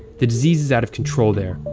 the disease is out of control there.